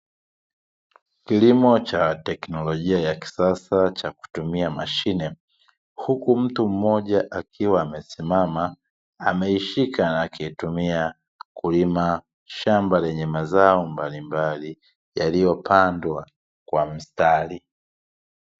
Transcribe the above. Kilimo cha teknolojia ya kisasa cha kutumia mashine, huku mtu mmoja akiwa amesimama ameishika, akiitumia kulima shamba lenye mazao mbalimbali yaliyopandwa kwa mstari.